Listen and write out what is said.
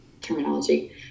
terminology